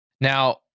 Now